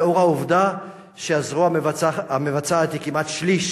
לאור העובדה שהזרוע המבצעת היא כמעט שליש